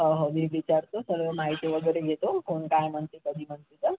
हो हो मी विचारतो तर माहिती वगैरे घेतो कोण काय म्हणते कधी म्हणतं तर